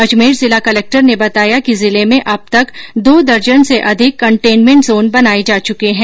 अजमेर जिला कलेक्टर ने बताया कि जिले में अब तक दो दर्जन से अधिक कंटेनमेंट जोन बनाए जा चुके है